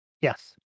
Yes